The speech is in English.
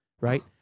Right